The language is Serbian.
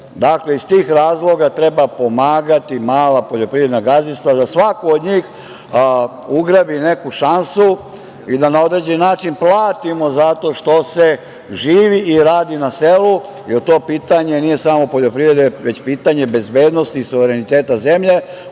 zove. Dakle, iz tih razloga treba pomagati mala poljoprivredna gazdinstva, da svako od njih ugrabi neku šansu i da na određeni način platimo zato što se živi i radi na selu, jer to pitanje nije samo poljoprivrede, već pitanje bezbednosti i suvereniteta zemlje,